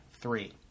three